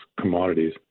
commodities